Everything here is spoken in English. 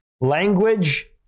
Language